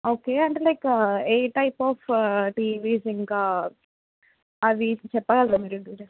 okay అంటే like a type of TVs ఇంకా అవి చెప్పగలరా మీరు